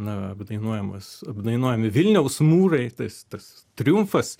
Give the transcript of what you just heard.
na apdainuojamas apdainuojami vilniaus mūrai tais tas triumfas